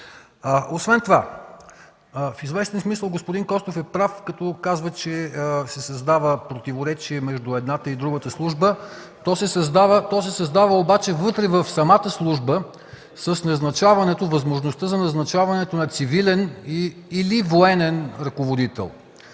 Освен това в известен смисъл господин Костов е прав като казва, че се създава противоречие между едната и другата служба. То се създава обаче вътре в самата служба с възможността за назначаване на цивилен или военен ръководител.